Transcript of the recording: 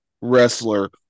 wrestler